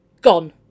Gone